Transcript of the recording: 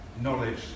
knowledge